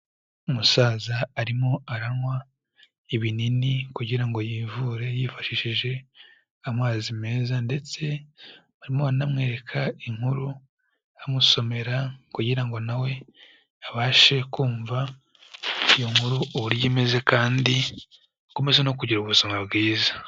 Umusaza arimo aranywa ibinini kugira ngo yivure yifashishije amazi meza, ndetse barimo baranamwereka inkuru, bamusomera kugira ngo na we abashe kumva iyo nkuru, uburyo imeze kandi, akomeza no kugira ubuzima bwiza.